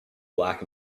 black